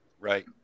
right